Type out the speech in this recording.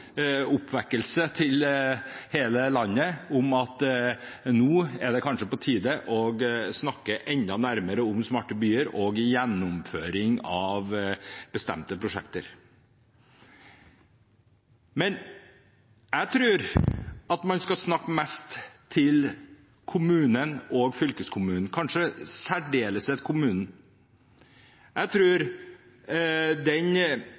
oppvekkelse for hele landet om at nå er det kanskje på tide å snakke enda nærmere om smarte byer og gjennomføring av bestemte prosjekter. Men jeg tror at man skal snakke mest til kommunen og fylkeskommunen, kanskje i særdeleshet kommunen. Jeg